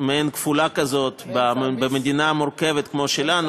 מעין כפולה כזאת במדינה מורכבת כמו שלנו,